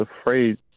afraid